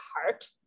heart